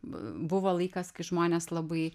buvo laikas kai žmonės labai